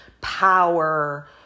power